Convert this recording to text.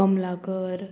Kamalakar